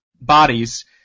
bodies